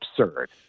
absurd